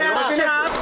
אני לא מבין את זה.